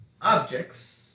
objects